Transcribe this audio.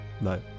No